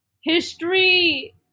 history